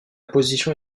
position